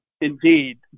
indeed